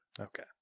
Okay